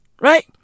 right